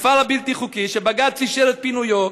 הכפר הבלתי-חוקי שבג"ץ אישר את פינויו,